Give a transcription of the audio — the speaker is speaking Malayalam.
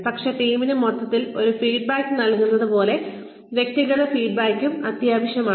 പക്ഷേ ടീമിന് മൊത്തത്തിൽ ഒരു ഫീഡ്ബാക്ക് നൽകുന്നത് പോലെ വ്യക്തിഗത ഫീഡ്ബാക്കും അത്യാവശ്യമാണ്